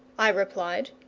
i replied.